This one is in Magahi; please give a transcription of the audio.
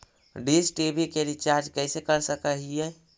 डीश टी.वी के रिचार्ज कैसे कर सक हिय?